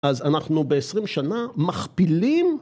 אז אנחנו בעשרים שנה מכפילים